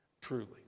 truly